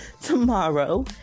tomorrow